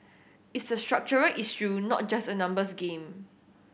it's a structural issue not just a numbers game